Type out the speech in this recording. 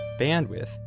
Bandwidth